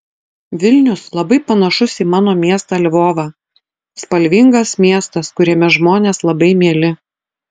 vilnius labai panašus į mano miestą lvovą spalvingas miestas kuriame žmonės labai mieli